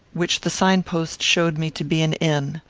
which the signpost showed me to be an inn.